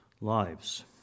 lives